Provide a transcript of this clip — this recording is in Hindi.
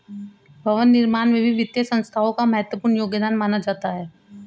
भवन निर्माण में भी वित्तीय संस्थाओं का महत्वपूर्ण योगदान माना जाता है